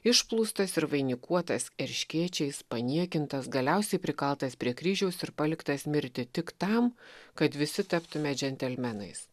išplūstas ir vainikuotas erškėčiais paniekintas galiausiai prikaltas prie kryžiaus ir paliktas mirti tik tam kad visi taptume džentelmenais